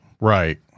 Right